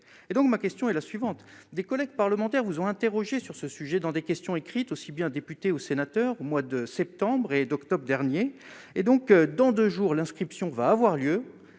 et donc ma question est la suivante : des collègues parlementaires vous ont interrogé sur ce sujet dans des questions écrites aussi bien députés ou sénateurs au mois de septembre et d'octobre dernier et donc dans 2 jours, l'inscription va avoir lieu